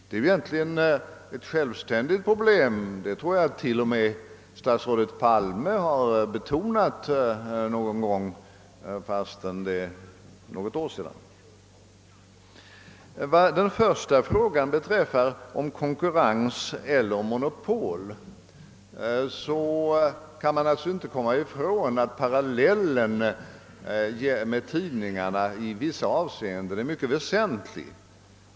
Det är ett självständigt problem, något som jag tror att t.o.m. statsrådet Palme betonade för något år sedan. När det gäller den första frågan om konkurrens eller monopol kan man naturligtvis inte komma ifrån att parallellen med tidningarna i vissa avseenden är mycket väsentlig.